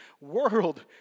world